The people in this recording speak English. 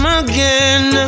again